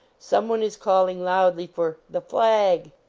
some one is calling loudly for the flag!